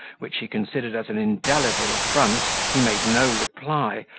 which he considered as an indelible affront, he made no reply,